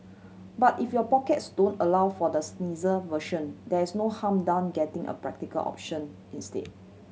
but if your pockets don't allow for the snazzier version there is no harm done getting a practical option instead